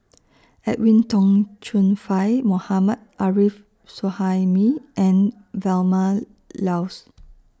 Edwin Tong Chun Fai Mohammad Arif Suhaimi and Vilma Laus